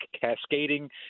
cascading